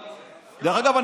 סגלוביץ' דרך אגב,